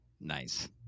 Nice